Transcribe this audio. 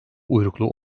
uyruklu